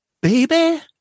baby